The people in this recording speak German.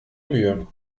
mühe